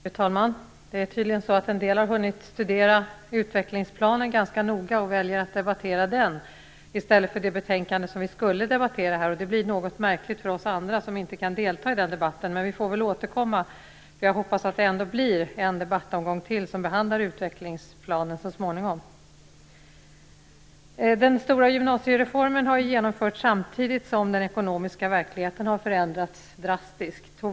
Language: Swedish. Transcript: Fru talman! Det är tydligen så att en del har hunnit studera utvecklingsplanen ganska noga och väljer att debattera den i stället för det betänkande vi skulle debattera. Det blir något märkligt för oss andra, som inte kan delta i den debatten. Men vi får väl återkomma. Jag hoppas att det så småningom blir en debattomgång till som behandlar utvecklingsplanen. Den stora gymnasiereformen har genomförts samtidigt som den ekonomiska verkligheten har förändrats drastiskt.